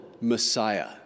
messiah